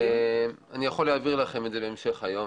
אני יכול להעביר לכם את זה בהמשך היום.